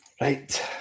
Right